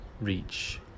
reach